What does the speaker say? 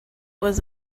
was